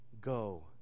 Go